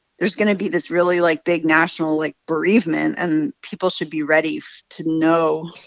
there's going to be this really, like, big national, like, bereavement, and people should be ready to know.